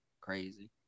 crazy